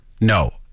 No